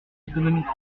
économique